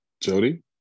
Jody